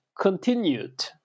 continued